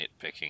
nitpicking